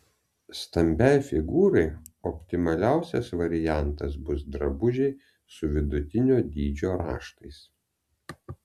stambiai figūrai optimaliausias variantas bus drabužiai su vidutinio dydžio raštais